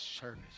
service